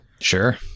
Sure